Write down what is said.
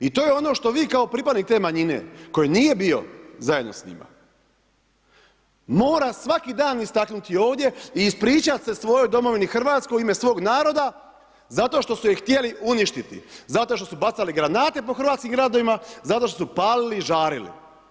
I to je ono što vi kao pripadnik te manjine koji nije bio zajedno s njima mora svaki dan istaknuti ovdje i ispričati se svojoj domovini Hrvatskoj u ime svoga naroda zato što su je htjeli uništiti, zato što su bacali granate po hrvatskim gradovima, zato što su palili i žarili.